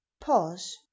pause